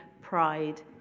pride